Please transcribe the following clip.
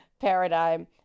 paradigm